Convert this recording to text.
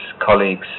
colleagues